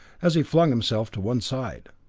as he flung himself to one side.